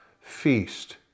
feast